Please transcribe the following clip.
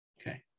Okay